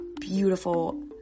beautiful